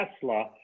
Tesla